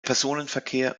personenverkehr